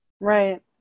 Right